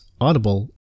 Audible